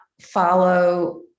follow